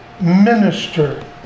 Minister